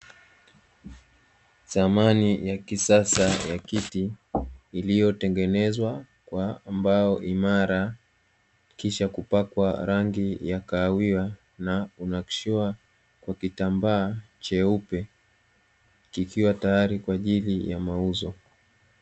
Samani ya kisasa ya kiti, iliyotengenezwa kwa mbao imara kisha kupakwa rangi ya kahawia na kunakshiwa kwa kitambaa cheupe, kikiwa tayari kwa ajili ya mauzo.